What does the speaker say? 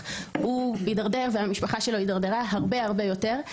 כפי שהיה הוא הידרדר והמשפחה שלו הידרדרה הרבה-הרבה יותר,